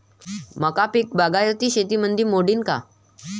मका पीक बागायती शेतीमंदी मोडीन का?